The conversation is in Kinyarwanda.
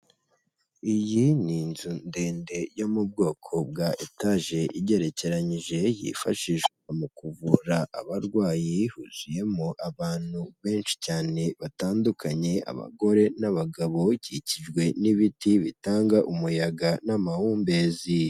Iyi ni inzu ndende yo mu bwoko bwa etaje igerekeranyije yifashishwa mu kuvura abarwayi, huzuyemo abantu benshi cyane batandukanye, abagore n'abagabo. Ikikijwe n'ibiti bitanga umuyaga n'amahumbezi.